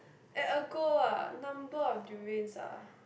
at a go ah number of durians ah